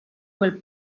quel